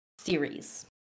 series